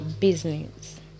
business